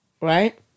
right